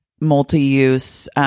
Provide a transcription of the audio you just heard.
multi-use